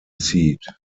seat